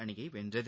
அணியை வென்றது